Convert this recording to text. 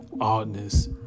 oddness